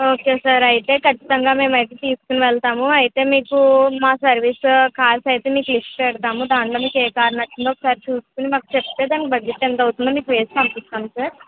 okay sir అయితే ఖచ్చితంగా మేము అయితే తీసుకుని వెళ్తాం అయితే మీకు మా సర్వీస్ కార్స్ అయితే మీకు లిస్ట్ పెడతాము దానిలో మీకు ఏ కారు నచ్చిందో ఒకసారి చూసుకుని మాకు చెప్తే దానికి బడ్జెట్ ఎంత అవుతుందో మీకు వేసి పంపిస్తాం సార్